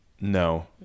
no